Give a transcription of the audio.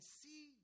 see